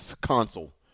console